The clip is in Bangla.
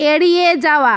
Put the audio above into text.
এড়িয়ে যাওয়া